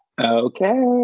Okay